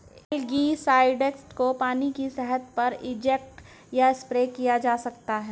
algicides को पानी की सतह पर इंजेक्ट या स्प्रे किया जा सकता है